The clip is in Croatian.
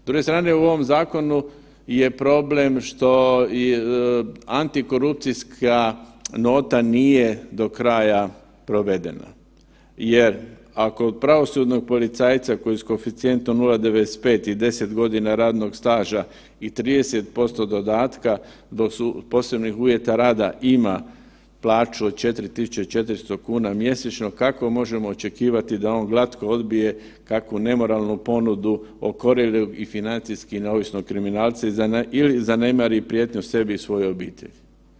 S druge strane u ovom zakonu je problem što je antikorupcijska nota nije do kraja provedena jer ako pravosudnog policajca koji s koeficijentom 0,95 i 10 godina radnog staža i 30% dodatka dok su posebni uvjeti rada ima plaću od 4.400 kuna mjesečno kako možemo očekivati da on glatko odbije kakvu nemoralnu ponudu okorjelog i financijski neovisnog kriminalca ili zanemari prijetnju sebi i svojoj obitelji.